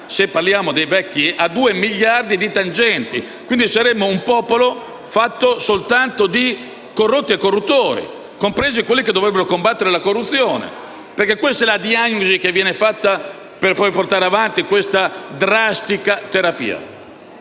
italiana, siamo a due miliardi di tangenti, quindi, saremmo un popolo fatto soltanto di corrotti e corruttori, compresi coloro che dovrebbero combattere la corruzione. Questa è la diagnosi che viene fatta per poi portare avanti questa drastica terapia.